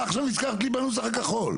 מה עכשיו נזכרת לי בנוסח הכחול?